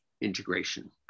integration